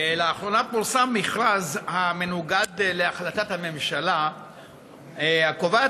לאחרונה פורסם מכרז המנוגד להחלטת הממשלה הקובעת